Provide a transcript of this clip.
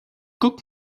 guck